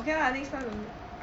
okay lah next time don't meet